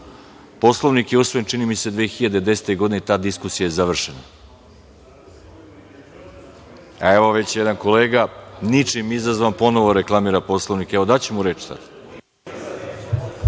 Poslovnik je usvojen, čini mi se, 2010. godine i ta diskusija je završena. Evo, jedan kolega, ničim izazvan, ponovo reklamira Poslovnik. Evo, daću mu reč sada.